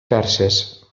perses